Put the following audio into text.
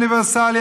אוניברסלי,